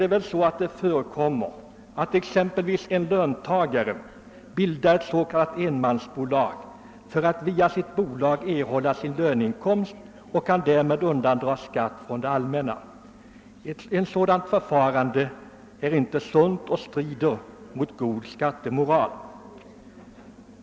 Men tyvärr förekommer det att exempelvis en löntagare bildar ett enmansbolag för att få sin inkomst via bolaget och därigenom undandra skatt från det allmänna. Ett sådant förfarande är inte sunt, och det strider mot god skattemoral.